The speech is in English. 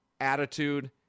attitude